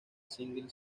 single